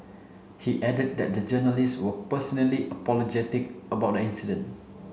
he added that the journalists were personally apologetic about the incident